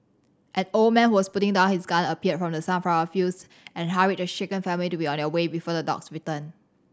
an old man who was putting down his gun appeared from the sunflower fields and hurried the shaken family to be on their way before the dogs return